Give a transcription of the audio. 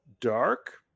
dark